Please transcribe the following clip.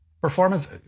performance